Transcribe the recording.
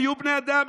היו בני אדם.